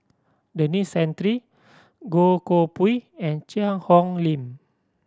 Denis Santry Goh Koh Pui and Cheang Hong Lim